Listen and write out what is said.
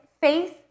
faith